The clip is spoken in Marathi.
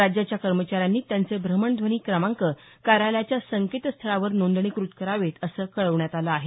राज्याच्या कर्मचाऱ्यांनी त्यांचे भ्रमणध्वनी क्रमांक कार्यालयाच्या संकेत स्थळावर नोंदणीकृत करावेत असं कळवण्यात आलं आहे